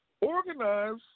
Organize